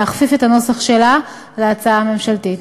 להכפיף את הנוסח שלה להצעה הממשלתית.